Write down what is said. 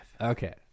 okay